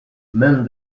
même